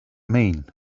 mean